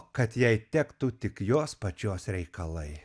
kad jai tektų tik jos pačios reikalai